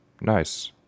Nice